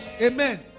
Amen